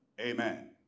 Amen